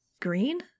Green